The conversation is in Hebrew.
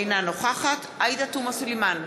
אינה נוכחת עאידה תומא סלימאן,